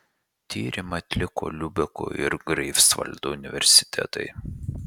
tyrimą atliko liubeko ir greifsvaldo universitetai